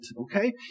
okay